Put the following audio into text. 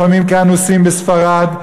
לפעמים כאנוסים בספרד,